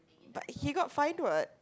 but he got fine what